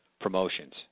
promotions